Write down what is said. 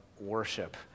worship